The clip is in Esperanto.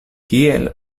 kiel